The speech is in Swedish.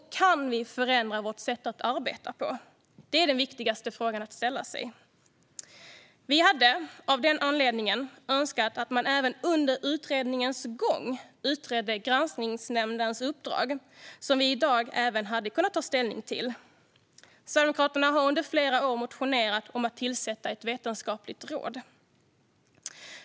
Kan vi förändra vårt sätt att arbeta på? Det är den viktigaste frågan att ställa sig. Vi hade, av den anledningen, önskat att man även under utredningens gång utredde Granskningsnämndens uppdrag som vi även i dag hade kunnat ta ställning till. Sverigedemokraterna har under flera år motionerat om att tillsätta ett vetenskapligt råd.